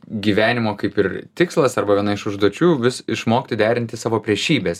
gyvenimo kaip ir tikslas arba viena iš užduočių vis išmokti derinti savo priešybes